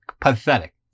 Pathetic